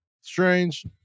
Strange